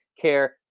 care